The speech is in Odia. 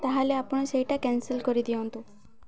ତାହେଲେ ଆପଣ ସେଇଟା କ୍ୟାନସଲ୍ କରିଦିଅନ୍ତୁ